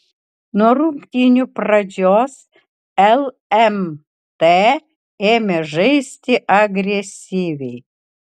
nuo rungtynių pradžios lmt ėmė žaisti agresyviai